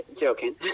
joking